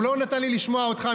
הוא לא נותן לי לשמוע אותך.